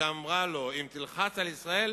שאמרה לו: אם תלחץ על ישראל,